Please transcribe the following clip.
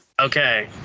Okay